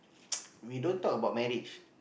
we don't talk about marriage